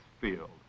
field